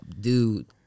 dude